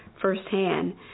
firsthand